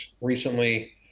recently